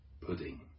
pudding